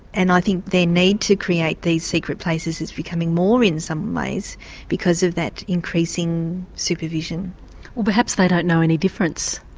and i think their need to create these secret places is becoming more in some ways because of that increasing supervision. or perhaps they don't know any different.